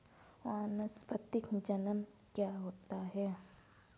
वानस्पतिक जनन क्या होता है?